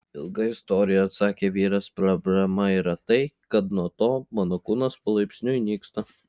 ilga istorija atsakė vyras problema yra tai kad nuo to mano kūnas palaipsniui nyksta